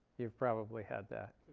you've probably had that.